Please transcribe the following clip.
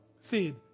seed